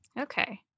Okay